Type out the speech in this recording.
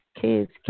kids